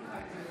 (קוראת בשמות חברי הכנסת)